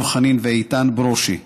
דב חנין ואיתן ברושי,